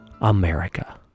America